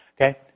okay